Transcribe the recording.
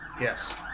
Yes